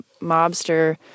mobster